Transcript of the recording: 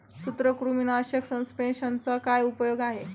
सूत्रकृमीनाशक सस्पेंशनचा काय उपयोग आहे?